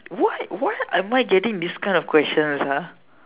why why am I getting this kind of question that's are